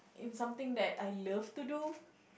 in something that I love to do